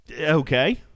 Okay